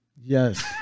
Yes